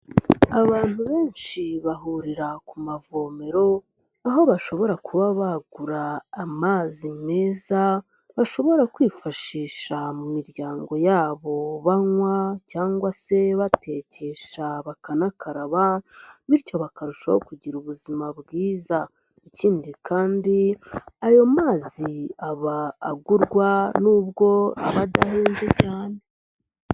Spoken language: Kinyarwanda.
Abantu benshi, bahurira ku mavomero, aho bashobora kuba bagura amazi meza, bashobora kwifashisha mu miryango yabo banywa, cyangwa se batekesha, bakanakaraba, bityo bakarushaho kugira ubuzima bwiza. Ikindi kandi ayo mazi aba agurwa, nubwo aba adahenze cyane.